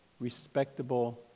respectable